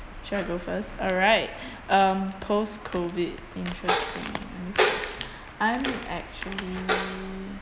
should I go first alright um post COVID interesting I'm actually